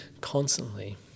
constantly